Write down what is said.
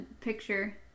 picture